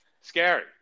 scary